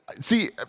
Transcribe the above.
See